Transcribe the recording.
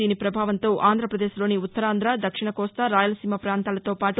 దీని ప్రభావంతో ఆంధ్రప్రదేశ్ లోని ఉత్తరాంధ్ర దక్షిణకోస్తా రాయలసీమ ప్రాంతాలతో పాటు